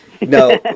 No